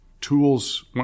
tools